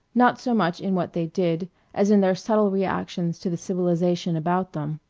not so much in what they did as in their subtle reactions to the civilization about them.